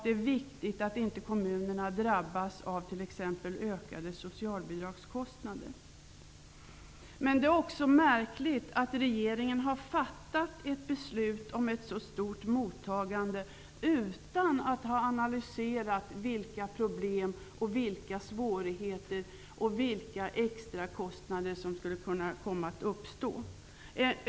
Det är viktigt att kommunerna inte drabbas av t.ex. ökade socialbidragskostnader. Det är också märkligt att regeringen har fattat beslut om ett så stort mottagande utan att ha analyserat vilka problem, svårigheter och extra kostnader som skulle kunna komma att uppstå.